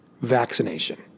vaccination